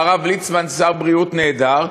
והרב ליצמן שר בריאות נהדר,